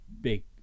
big